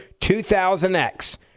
2000X